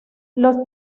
los